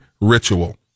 ritual